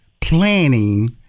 planning